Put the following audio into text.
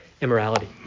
immorality